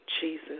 Jesus